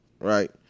Right